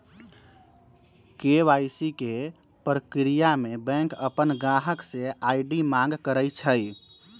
KYC के परक्रिया में बैंक अपन गाहक से आई.डी मांग करई छई